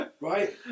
right